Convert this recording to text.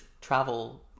travel